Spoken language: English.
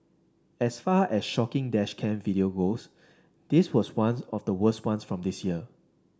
as far as shocking dash cam video goes this was ones of the worst ones from this year